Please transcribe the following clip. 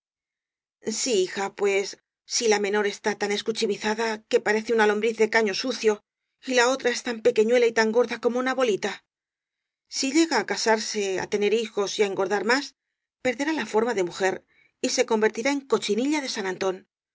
í hija pues si la menor está tan escuchimi zada que parece una lombriz de caño sucio y la otra es tan pequeñuela y tan gorda como una bo lita si llega á casarse á tener hijos y á engordar más perderá la forma de mujer y se convertirá en cochinilla de san